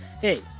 hey